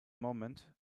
moment